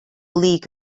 league